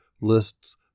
lists